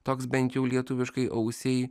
toks bent jau lietuviškai ausiai